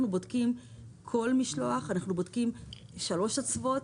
אנחנו בודקים כל משלוח, אנחנו בודקים שלוש אצוות